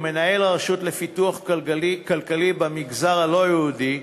ומנהל הרשות לפיתוח כלכלי במגזר הלא-יהודי,